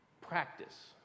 practice